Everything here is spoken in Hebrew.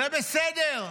זה בסדר.